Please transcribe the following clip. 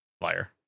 Liar